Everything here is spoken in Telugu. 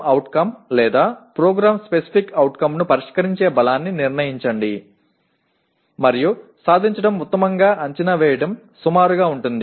PO లేదా PSO ను పరిష్కరించే బలాన్ని నిర్ణయించండి మరియు సాధించడం ఉత్తమంగా అంచనా వేయడం సుమారుగా ఉంటుంది